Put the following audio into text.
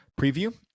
preview